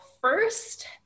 first